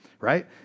right